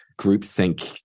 groupthink